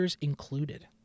included